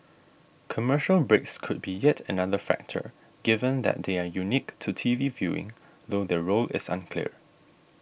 commercial breaks could be yet another factor given that they are unique to T V viewing though their role is unclear